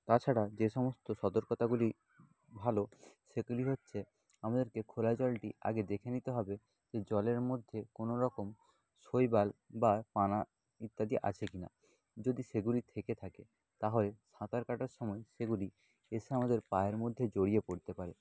তাছাড়া যে সমস্ত সতর্কতাগুলি ভালো সেগুলি হচ্ছে আমাদেরকে খোলা জলটি আগে দেখে নিতে হবে যে জলের মধ্যে কোনোরকম শৈবাল বা পানা ইত্যাদি আছে কি না যদি সেগুলি থেকে থাকে তাহলে সাঁতার কাটার সময় সেগুলি এসে আমাদের পায়ের মধ্যে জড়িয়ে পড়তে পারে